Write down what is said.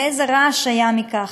ואיזה רעש היה מזה.